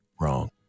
wrong